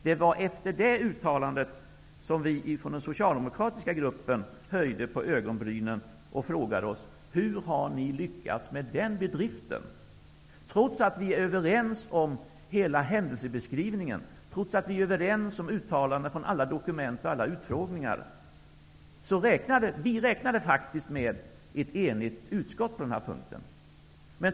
Det var efter det uttalandet som vi i den socialdemokratiska gruppen höjde på ögonbrynen och frågade oss hur ni hade lyckats med den bedriften. Vi räknade faktiskt med ett enigt utskott på den här punkten.